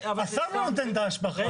השר לא נותן את ההשבחה.